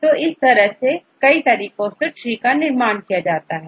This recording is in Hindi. तो इस तरह से कई तरीकों से ट्री का निर्माण किया जा सकता है